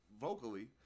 vocally